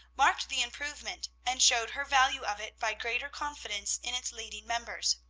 marked the improvement, and showed her value of it by greater confidence in its leading members.